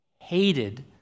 hated